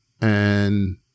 And-